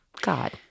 God